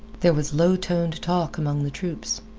there was low-toned talk among the troops.